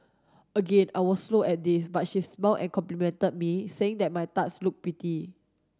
again I was slow at this but she smiled and complimented me saying that my tarts looked pretty